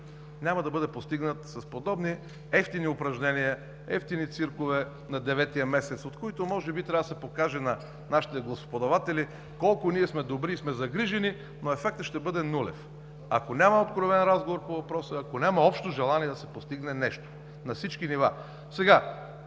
няма да бъде постигнат с подобни евтини упражнения, евтини циркове на деветия месец, от които може би трябва да се покаже на нашите гласоподаватели колко сме добри и загрижени, но ефектът ще бъде нулев, ако няма откровен разговор по въпроса, ако няма общо желание да се постигне нещо на всички нива.